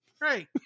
great